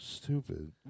stupid